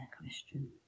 question